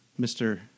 Mr